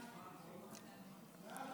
ההצעה